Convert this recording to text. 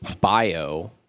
bio